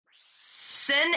Sin